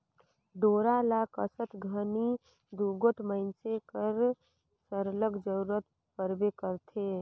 डोरा ल कसत घनी दूगोट मइनसे कर सरलग जरूरत परबे करथे